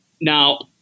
now